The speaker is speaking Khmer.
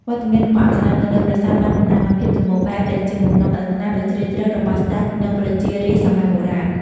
វត្តមានរបស់អប្សរានៅលើប្រាសាទបានតំណាងឲ្យ ភាពសម្បូរបែប ដែលជាបំណងប្រាថ្នាដ៏ជ្រាលជ្រៅរបស់ស្តេច និងប្រជារាស្ត្រសម័យបុរាណ។